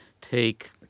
take